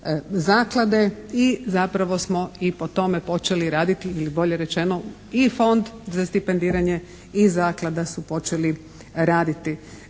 zaklade i zapravo smo i po tome počeli raditi ili bolje rečeno i Fond za stipendiranje i Zaklada su počeli raditi.